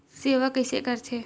सेवा कइसे करथे?